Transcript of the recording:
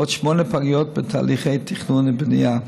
ועוד שמונה פגיות בתהליכי תכנון ובנייה,